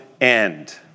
end